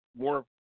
more